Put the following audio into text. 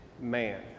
man